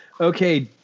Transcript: Okay